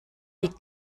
liegt